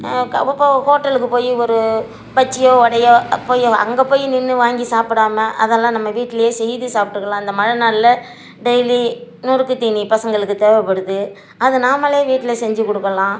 இப்போ ஹோட்டலுக்கு போய் ஒரு பஜ்ஜியோ வடையோ போய் அங்கே போய் நின்று வாங்கி சாப்பிடாம அதெலாம் நம்ம வீட்டிலையே செய்து சாப்ட்டுக்கலாம் இந்த மழை நாள்ல டெய்லி நொறுக்கு தீனி பசங்களுக்கு தேவைப்படுது அத நாம்மளே வீட்டில செஞ்சி கொடுக்கலாம்